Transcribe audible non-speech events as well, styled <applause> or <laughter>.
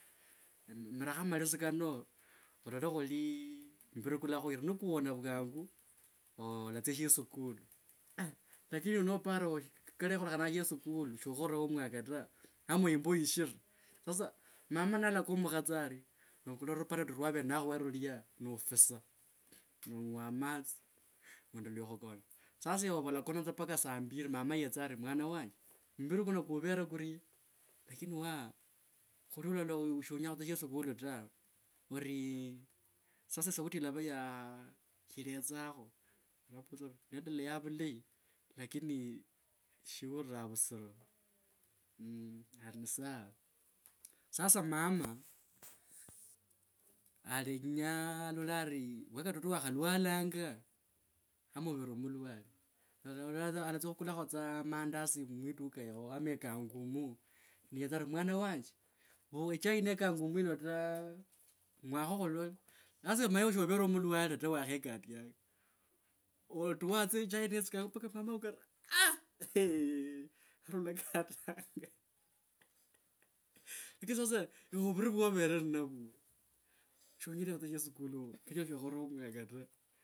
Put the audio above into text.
Mirakho malesi kano olole khuli mumbiri kulakhuyira nikuona vwangu oo olatsia sheskulu. Aai lakini nopara kalekholekhana sheskulu so ukhore homework ta ama yimbo yishire mama nalakomukha tsa ari novukula ruparati rwavere nakhwererulya nofisa nong’wa amatsi ni wendelea khukona sasa ewe ova olakona tsa mpaka saa mbiri mama yetse ari mwana wanje mumbiri kuno kuvyere kurye? Lakini waa khuli sonya khutsia sheskulu ta orii sasa sauti ilava ya iletsakho. Novola tsa orii neendelea vulayi lakini shi ulira vusiro mmh ari ni sawa. Sasa mama alenyanga alole ari uwa katoto wakhalwalanga ama uvere mulwale <hesitation> alatsia khukulakho aah tsa mandazi ama e kangumu mwiduka yao ni yotsa ari mwana wanje e chai no kangumu yino ta ng’wakho khulole sasa omanye ewe shovere mulwale ta wakhokatianga otua tsa echai netsikangumu mpaka mama auka ari aah heee <laughs> ari olakatanga. Lakini sasa ewe vuri vwa overe navwo siwenyire khutsia sheskulu kachira oshiri khurungaka ta.